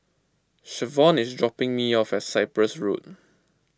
Shavon is dropping me off at Cyprus Road